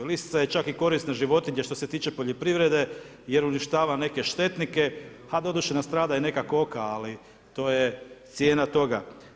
Lisica je čak i korisna životinja što se tiče poljoprivrede jer uništava neke štetnike a doduše nastrada i neka koka ali to je cijena toga.